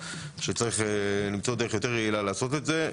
שצריך למצוא דרך יעילה יותר לעשות את זה,